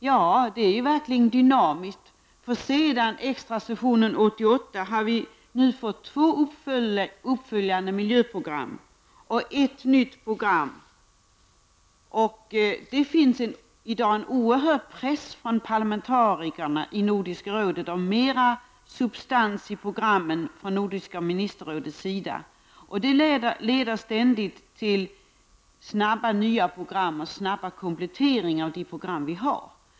Och det är verkligen dynamiskt. Sedan extrasessionen 1988 har vi fått två uppföljande och ett nytt miljöprogram. Det finns i dag en oerhörd press från parlamentarikerna i Nordiska rådet på mera substans i programmen från Nordiska ministerrådet. Detta leder till att nya program kommer snabbt och att kompletteringar snabbt görs av de program vi har.